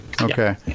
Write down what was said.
Okay